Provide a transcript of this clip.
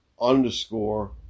underscore